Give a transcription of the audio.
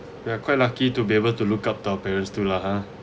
we are quite lucky to be able to look up to our parents too lah ha